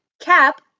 cap